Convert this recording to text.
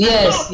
Yes